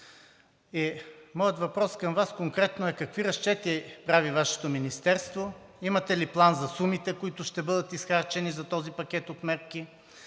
Моят въпрос към Вас конкретно е: какви разчети прави Вашето министерство? Имате ли план за сумите, които ще бъдат изхарчени за този пакет от мерки?